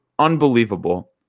Unbelievable